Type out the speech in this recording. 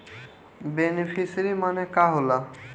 Beneficiary मने का होला?